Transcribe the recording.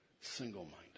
single-minded